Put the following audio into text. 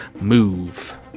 move